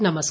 नमस्कार